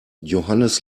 johannes